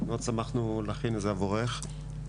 מאוד שמחנו להכין את זה עבורך.